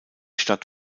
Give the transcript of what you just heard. stadt